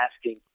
asking